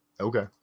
Okay